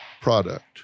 product